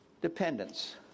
dependence